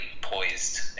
poised